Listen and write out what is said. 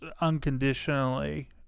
unconditionally